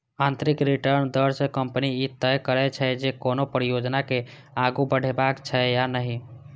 आंतरिक रिटर्न दर सं कंपनी ई तय करै छै, जे कोनो परियोजना के आगू बढ़ेबाक छै या नहि